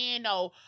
no